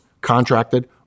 contracted